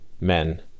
men